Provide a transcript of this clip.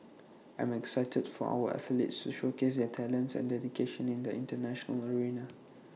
I am excited for our athletes to showcase their talents and dedication in the International arena